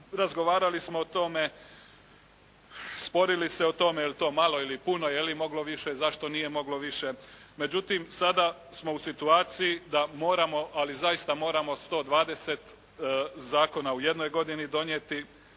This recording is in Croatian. Razgovarali smo o tome. Sporili se o tome je li to malo, je li to puno, je li moglo više, zašto nije moglo više. Međutim, sada smo u situaciji da moramo, ali zaista moramo 120 zakona u jednoj godini donijeti.